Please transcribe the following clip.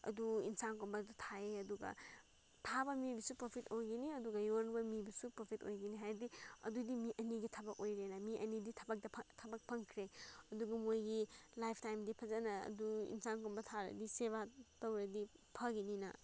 ꯑꯗꯨ ꯑꯦꯟꯁꯥꯡꯒꯨꯝꯕꯗꯨ ꯊꯥꯏꯌꯦ ꯑꯗꯨꯒ ꯊꯥꯕ ꯃꯤꯕꯨꯁꯨ ꯄ꯭ꯔꯣꯐꯤꯠ ꯑꯣꯏꯒꯅꯤ ꯑꯗꯨꯒ ꯌꯣꯟꯕ ꯃꯤꯕꯨꯁꯨ ꯄ꯭ꯔꯣꯐꯤꯠ ꯑꯣꯏꯒꯅꯤ ꯍꯥꯏꯕꯗꯤ ꯑꯗꯨꯒꯤ ꯃꯤ ꯑꯅꯤꯒꯤ ꯊꯕꯛ ꯑꯣꯏꯔꯦꯅ ꯃꯤ ꯑꯅꯤꯗꯤ ꯊꯕꯛꯇ ꯊꯕꯛ ꯐꯪꯈ꯭ꯔꯦ ꯑꯗꯨꯒ ꯃꯣꯏꯒꯤ ꯂꯥꯏꯐꯇꯥꯏꯝꯗꯤ ꯐꯖꯅ ꯑꯗꯨ ꯑꯦꯟꯁꯥꯡꯒꯨꯝꯕ ꯊꯥꯔꯗꯤ ꯁꯦꯕꯥ ꯇꯧꯔꯗꯤ ꯐꯒꯅꯤꯅ